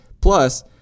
Plus